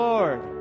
Lord